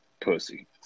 pussy